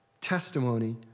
testimony